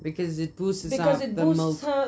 mm because they boost the maternal